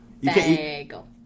Bagel